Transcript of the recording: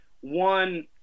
one